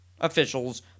officials